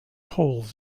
holes